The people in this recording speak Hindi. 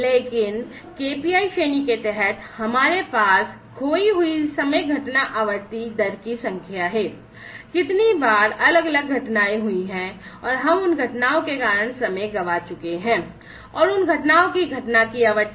Lagging KPIs श्रेणी के तहत हमारे पास खोई हुई समय घटना आवृत्ति दर की संख्या है कितनी बार अलग अलग घटनाएं हुई हैं और हम उन घटनाओं के कारण समय गंवा चुके हैं और उन घटनाओं की घटना की आवृत्ति